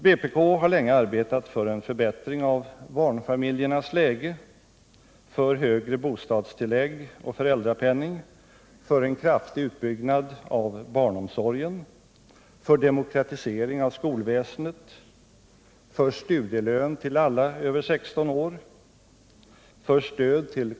Vpk har länge arbetat för en förbättring av barnfamiljernas läge, för högre bostadstillägg och föräldrapenning, för en kraftig utbyggnad av barnomsorgen, för demokratisering av skolväsendet, för studielön till alla över 16 år, för stöd til.